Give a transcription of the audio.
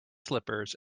slippers